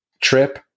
trip